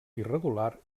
irregular